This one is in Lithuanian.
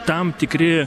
tam tikri